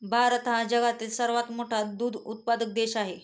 भारत हा जगातील सर्वात मोठा दूध उत्पादक देश आहे